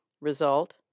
Result